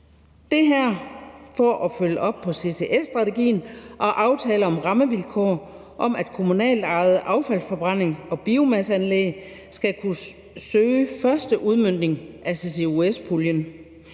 Det her er for at følge op på CCS-strategien og på aftalen om rammevilkår for, at kommunalt ejede affaldsforbrændingsanlæg og biomasseanlæg skal kunne søge første udmøntning af CCUS-puljen.